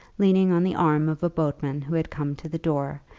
leaning on the arm of a boatman who had come to the door,